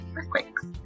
earthquakes